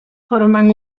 forman